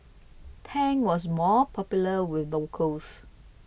Tang was more popular with locals